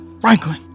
Franklin